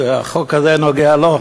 שהחוק הזה נוגע לו,